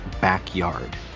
backyard